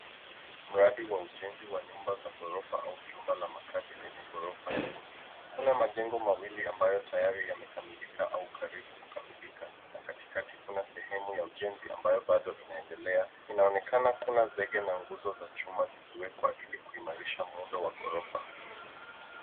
Mradi wa ujenzi wa nyumba za ghorofa au jumba la makazi lenye ghorofa nyingi. Kuna majengo mawili ambao tayari yamekamilika au karibu kukamilika na katikati kuna sehemu ya ujenzi ambao bado inaendelea. Inaonekana kuna zaidi na nguzo za chuma zikiwekwa ili kuimarisha muundo wa ghorofa.